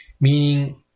meaning